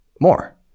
more